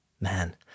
Man